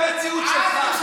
זאת המציאות שלך.